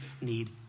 need